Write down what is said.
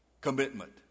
commitment